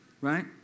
right